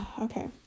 Okay